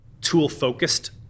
tool-focused